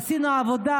עשינו עבודה.